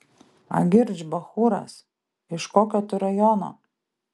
agirdž bachūras iš kokio tu rajono